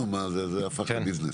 זה הפך לביזנס.